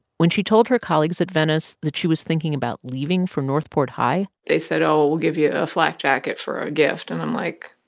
when she told her colleagues at venice that she was thinking about leaving for north port high. they said, oh, we'll give you flak jacket for a gift. and i'm like,